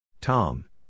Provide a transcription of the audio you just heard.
Tom